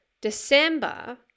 December